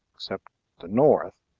excepting the north,